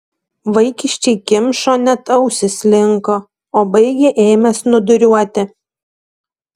vaikiščiai kimšo net ausys linko o baigę ėmė snūduriuoti